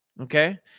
okay